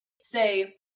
say